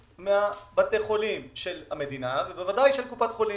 מבתי החולים של המדינה ובוודאי של קופת חולים.